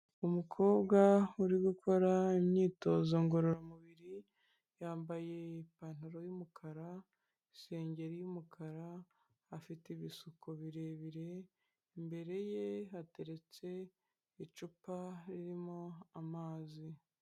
Umukobwa uri gukora imyitozo ngororamubiri yambaye ipantaro y'umukara isengeri y'umukara afite ibisuko birebire, imbere ye hateretse icupa ririmo amazi.